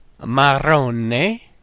Marrone